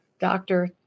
doctor